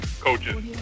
coaches